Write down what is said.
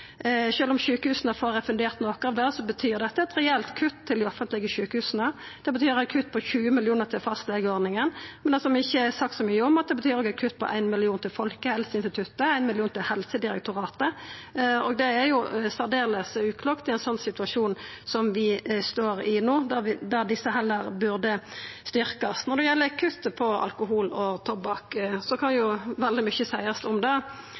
om sjukehusa får refundert noko av det, betyr dette eit reelt kutt til dei offentlege sjukehusa. Det betyr eit kutt på 20 mill. kr til fastlegeordninga. Men det som ikkje er sagt så mykje om, er at det òg betyr eit kutt på 1 mill. kr til Folkehelseinstituttet, 1 mill. kr til Helsedirektoratet, og det er særdeles uklokt i ein slik situasjon som vi står i no, der desse heller burde styrkjast. Når det gjeld kutt på alkohol og tobakk, kan jo veldig mykje seiast om det,